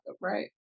right